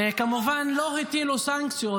כמובן, לא הטילו סנקציות,